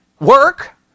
work